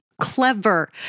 clever